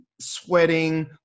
sweating